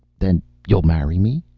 then you'll marry me?